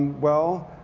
well,